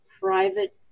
private